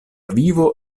vivo